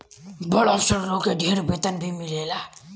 बड़ अफसर लोग के ढेर वेतन भी मिलेला